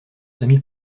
semi